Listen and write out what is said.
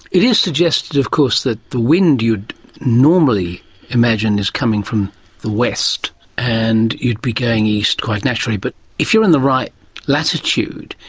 it is suggested of course that the wind you'd normally imagine is coming from the west and you'd be going east quite naturally, but if you are in the right latitude,